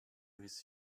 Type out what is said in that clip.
his